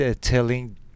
telling